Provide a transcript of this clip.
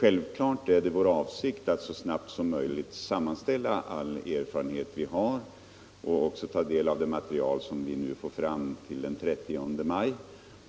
Självklart är det vår avsikt att så snabbt som möjligt sammanställa alla erfarenheter vi har och att också ta del av det material vi nu får fram till den 30 maj.